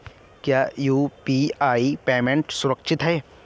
क्या UPI payment सुरक्षित है?